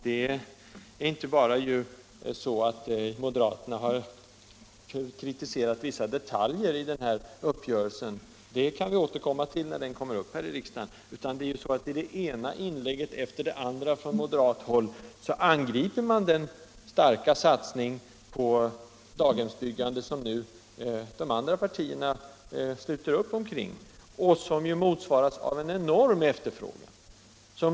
Det är inte bara så att moderaterna har kritiserat vissa detaljer i den här uppgörelsen — det kan vi återkomma till när den kommer upp här i riksdagen. I det ena inlägget efter det andra från moderat håll angriper man en starkare satsning på daghemsbyggande som nu de andra partierna sluter upp omkring och som ju motsvaras av en enorm efterfrågan.